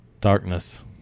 darkness